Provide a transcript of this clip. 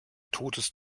totes